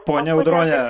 ponia audrone